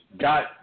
got